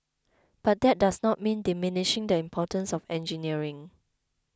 but that does not mean diminishing the importance of engineering